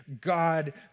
God